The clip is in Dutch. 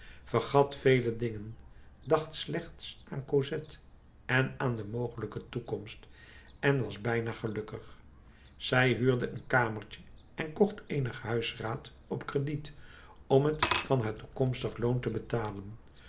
vergat vele dingen dacht slechts aan cosette en aan de mogelijke toekomst en was bijna gelukkig zij huurde een kamertje en kocht eenig huisraad op crediet om het van haar toekomstig loon te betalen